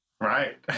Right